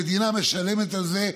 המדינה משלמת על זה,